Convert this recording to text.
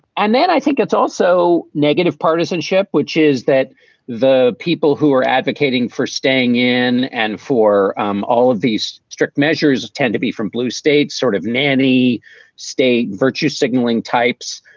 and then i think it's also negative partisanship, which is that the people who are advocating for staying in and for um all of these strict measures tend to be from blue states, sort of nanny state, virtue signalling types.